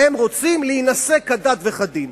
הם רוצים להינשא כדת וכדין.